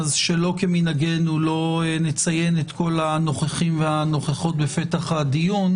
אז שלא כמנהגנו לא נציין את כל הנוכחים והנוכחות בפתח הדיון.